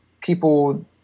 people